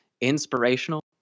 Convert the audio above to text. inspirational